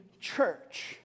church